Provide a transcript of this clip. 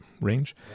range